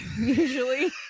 Usually